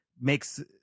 makes